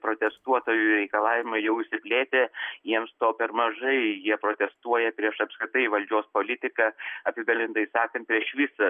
protestuotojų reikalavimai jau išsiplėtę jiems to per mažai jie protestuoja prieš apskritai valdžios politiką apibendrintai sakant prieš visą